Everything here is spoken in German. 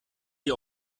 sie